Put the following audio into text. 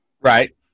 Right